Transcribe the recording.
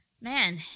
man